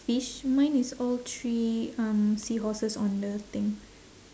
fish mine is all three um seahorses on the thing